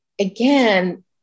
again